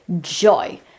joy